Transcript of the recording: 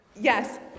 Yes